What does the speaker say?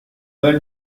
vint